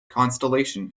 constellation